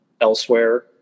elsewhere